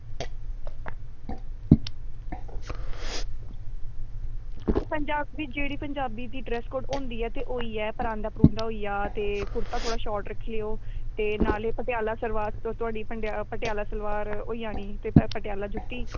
पंजाबी दी जेह्ड़ी ड्रैस होंदी ऐ ओह् ही परांदा होई गेआ ते कुर्ता थोह्ड़ा शार्ट रक्खी लैयो ते नाल एह् पटियाला सलवार थुआढ़ी होई जानी ते ओह्दे उप्पर पटियाला जुत्ती